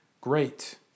Great